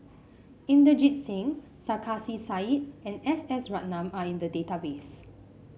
Inderjit Singh Sarkasi Said and S S Ratnam are in the database